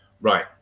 right